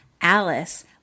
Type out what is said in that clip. Alice